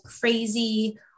crazy